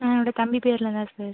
ஆ என்னோட தம்பி பேரில் தான் சார்